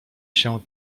się